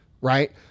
Right